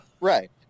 Right